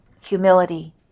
humility